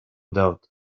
doubt